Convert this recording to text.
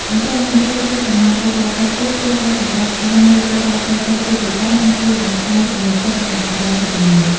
បន្ទាប់មកត្រូវចេះកំណត់គោលដៅតូចៗ ព្រោះការសម្រេចបាននូវគោលដៅតូចៗជាប្រចាំ អាចជួយបង្កើនទំនុកចិត្ត និងអារម្មណ៍វិជ្ជមាន។